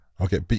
Okay